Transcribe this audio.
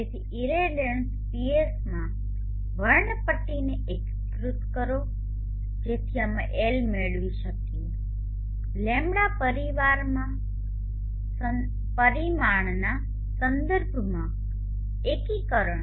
તેથી irradiance PS માં વર્ણપટ્ટીને એકીકૃત કરો જેથી અમે L મેળવી શકીએ લેમ્બડા પરિમાણના સંદર્ભમાં એકીકરણ